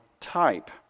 type